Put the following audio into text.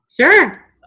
Sure